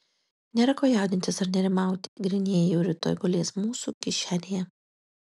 nėra ko jaudintis ar nerimauti grynieji jau rytoj gulės mūsų kišenėje